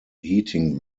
heating